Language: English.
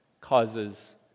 causes